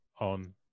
on